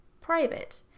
private